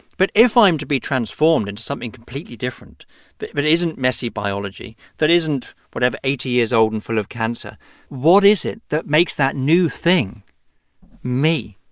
but if i'm to be transformed into something completely different that but isn't messy biology, that isn't whatever eighty years old and full of cancer what is it that makes that new thing me?